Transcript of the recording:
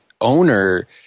owner